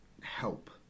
help